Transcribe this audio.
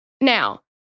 Now